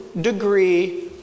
degree